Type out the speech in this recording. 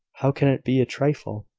how can it be a trifle?